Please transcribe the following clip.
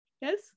Yes